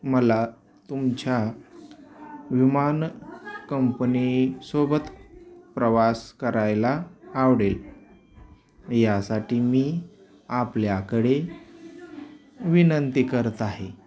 मला तुमच्या विमान कंपनीसोबत प्रवास करायला आवडेल यासाठी मी आपल्याकडे विनंती करत आहे